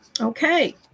Okay